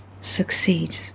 succeed